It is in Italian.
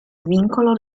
vincolo